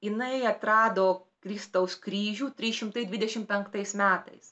inai atrado kristaus kryžių trys šimtai dvidešimt penktais metais